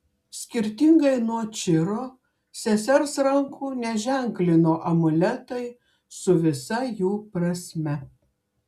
skirtingai nuo čiro sesers rankų neženklino amuletai su visa jų prasme